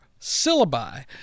syllabi